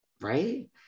Right